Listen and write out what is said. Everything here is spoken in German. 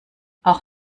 auch